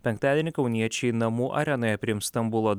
penktadienį kauniečiai namų arenoje priims stambulo